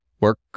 work